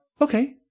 okay